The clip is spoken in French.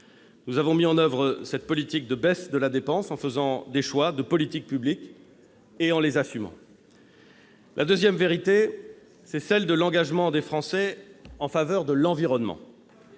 Nous avons mis en oeuvre cette politique de baisse de la dépense en faisant des choix de politique publique et en les assumant. Tout va bien ! La deuxième vérité, c'est l'engagement des Français en faveur de l'environnement.